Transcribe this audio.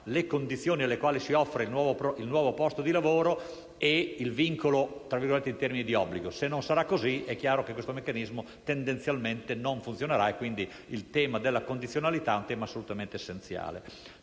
le condizioni alle quali si offre il nuovo posto di lavoro ed il vincolo «in termini di obbligo»: è chiaro che, se non sarà così, questo meccanismo tendenzialmente non funzionerà. Il tema della condizionalità è dunque assolutamente essenziale.